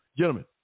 Gentlemen